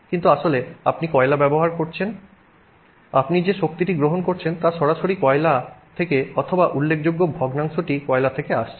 কিন্তু আসলে আপনি কয়লা ব্যবহার করছেন আপনি যে শক্তিটি গ্রহণ করছেন তা সরাসরি কয়লা থেকে অথবা উল্লেখযোগ্য ভগ্নাংশটি কয়লা থেকে আসছে